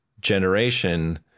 generation